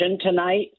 tonight